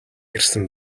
ирсэн